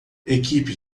equipe